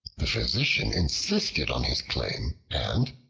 the physician insisted on his claim, and,